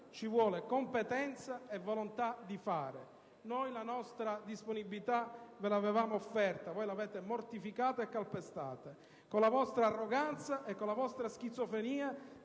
ci vuole competenza e volontà di fare. Noi la nostra disponibilità l'avevamo offerta, ma voi l'avete mortificata e calpestata. Con la vostra arroganza e schizofrenia